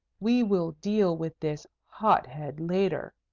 we will deal with this hot-head later,